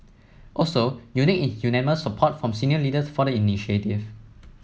also unique is unanimous support from senior leaders for the initiative